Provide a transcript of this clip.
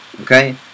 Okay